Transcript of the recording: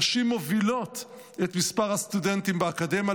נשים מובילות את מספר הסטודנטים באקדמיה,